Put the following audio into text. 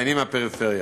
מצטיינים מהפריפריה.